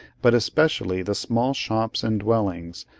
but especially the small shops and dwellings,